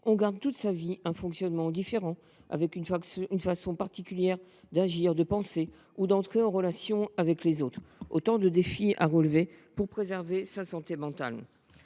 garde toute sa vie un fonctionnement différent, avec une façon particulière d’agir, de penser ou d’entrer en relation avec les autres. Cela représente autant de défis à relever pour préserver sa santé mentale.